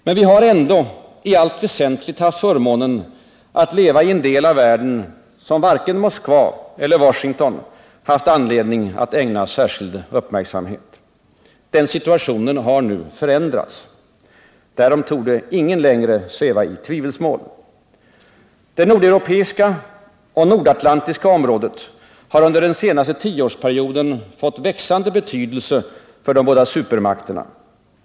Men vi har ändå i allt väsentligt haft förmånen att leva i en del av världen som varken Moskva eller Washington haft anledning att ägna särskild uppmärksamhet. Den situationen har nu förändrats. Därom torde ingen längre sväva i tvivelsmål. Det nordeuropeiska och nordatlantiska området har under den senaste tioårsperioden fått växande betydelse för de båda supermakterna.